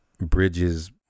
bridges